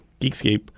Geekscape